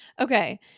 Okay